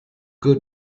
good